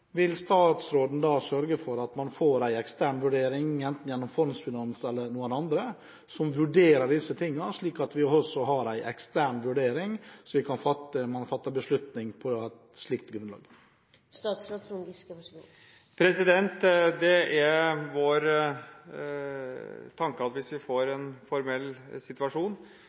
vil statsråden sørge for at man får en ekstern vurdering, enten gjennom Fondsfinans eller noen andre, som vurderer disse tingene, slik at vi kan fatte en beslutning på slikt grunnlag? Det er vår tanke at hvis vi får en formell situasjon,